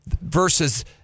Versus